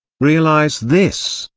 realise this,